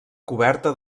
coberta